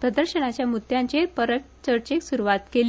प्रदर्शनाच्या मुद्याचेर परत चर्चेक सुरवात केली